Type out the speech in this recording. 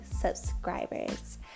subscribers